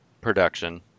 production